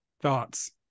Thoughts